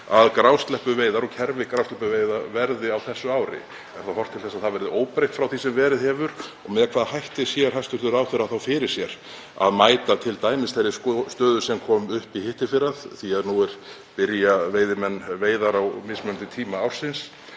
að grásleppuveiðar og kerfi grásleppuveiða verði á þessu ári? Er þá horft til þess að það verði óbreytt frá því sem verið hefur? Með hvaða hætti sér hæstv. ráðherra fyrir sér að mæta t.d. þeirri stöðu sem kom upp í hittiðfyrra, því nú byrja veiðimenn veiðar á mismunandi tíma ársins,